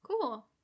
Cool